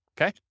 Okay